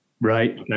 Right